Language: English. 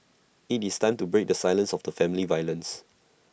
IT is time to break the silence of the family violence